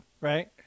right